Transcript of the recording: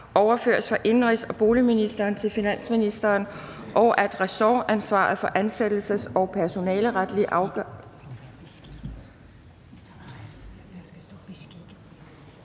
overføres fra indenrigs- og boligministeren til finansministeren, og om, at ressortansvaret for ansættelses- og personaleretlige afgørelser